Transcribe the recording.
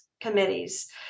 committees